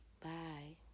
Bye